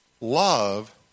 Love